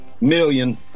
million